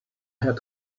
had